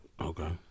Okay